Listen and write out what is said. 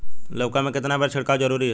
लउका में केतना बेर छिड़काव जरूरी ह?